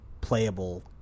playable